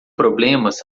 problemas